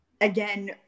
Again